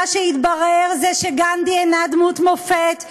מה שהתברר הוא שגנדי אינו דמות מופת,